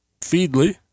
Feedly